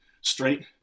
straight